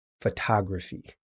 photography